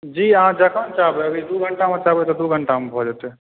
जी अहाँ जखन चाहबै अहाँ दू घंटा मे चाहबै तऽ दू घंटा मे भऽ जेतै